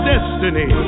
destiny